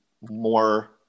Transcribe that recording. more